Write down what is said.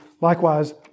likewise